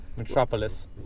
Metropolis